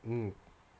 mm